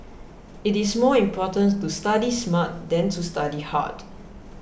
it is more important to study smart than to study hard